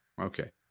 okay